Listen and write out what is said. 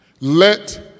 Let